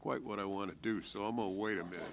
quite what i want to do so i'm a wait a minute